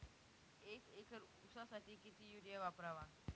एक एकर ऊसासाठी किती युरिया वापरावा?